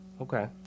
Okay